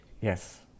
Yes